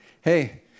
Hey